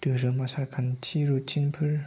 धोरोम आसारखान्थि बिथिंफोर